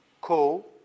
co